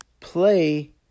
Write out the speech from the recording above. play